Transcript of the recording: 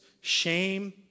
shame